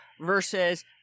versus